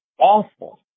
awful